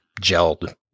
gelled